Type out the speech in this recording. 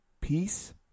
peace